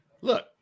look